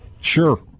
Sure